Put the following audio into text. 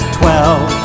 twelve